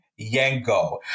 Yango